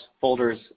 folders